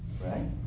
right